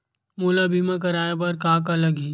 मोला बीमा कराये बर का का लगही?